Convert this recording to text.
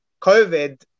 COVID